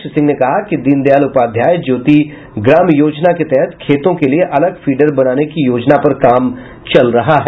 श्री सिंह ने कहा कि दीन दयाल उपाध्याय ज्योति ग्राम योजना के तहत खेतों के लिए अलग फीडर बनाने की योजना पर काम चल रहा है